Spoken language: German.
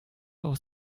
aus